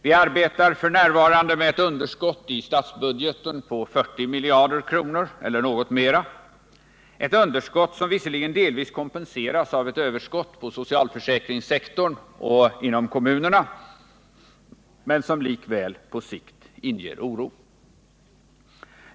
Viarbetar f. n. med ett underskott i statsbudgeten på 40 miljarder kronor eller något mera — ett underskott som visserligen delvis kompenseras av ett överskott på socialförsäkringssektorn och inom kommunerna men som likväl på sikt inger oro.